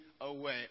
away